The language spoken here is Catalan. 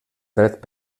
dret